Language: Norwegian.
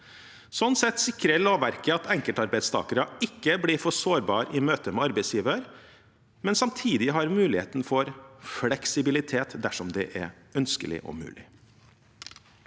sett sikrer lovverket at enkeltarbeidstakere ikke blir for sårbare i møte med arbeidsgiver, men samtidig har mulighet for fleksibilitet dersom det er ønskelig og mulig.